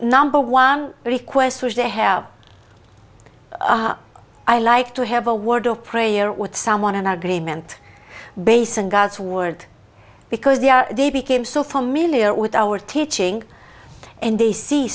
number one requests which they have i like to have a word of prayer with someone an agreement based on god's word because they are they became so familiar with our teaching and they see